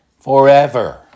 forever